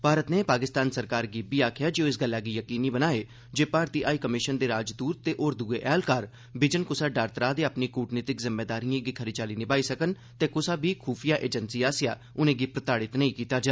भारत नै पाकिस्तान सरकार गी इब्बी आखेआ ऐ जे ओह इस गल्लै गी यकीनी बनाए जे भारती हाई कमिशन दे राजदूत ते होर द्ए ऐहलकार बिजन क्सा डर त्राह् दे अपनी कूटनीतिक जिम्मेदारिएं गी खरी चाल्ली निभाई सकन ते कुसा बी खूफिया एजेंसी आसेआ उनें'गी प्रताड़ित नेईं कीता जा